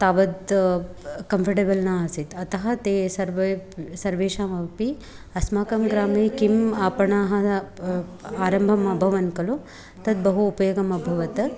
तावत् कम्फ़र्टेबल् न आसीत् अतः ते सर्वे सर्वेषामपि अस्माकं ग्रामे किम् आपणाः आरम्भम् अभवन् खलु तद्बहु उपयोगम् अभवत्